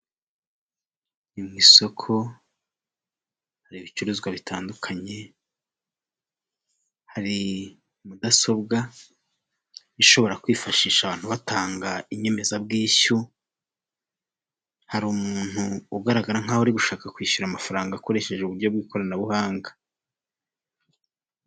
Ni mu isoko hari ibicuruzwa bitandukanye hari mudasobwa ishobora kwifashisha batanga inyemezabwishyu, hari umuntu ugaragara nk'uri gushaka kwishyura amafaranga akoresheje uburyo bw'ikoranabuhanga.